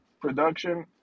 production